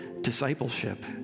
discipleship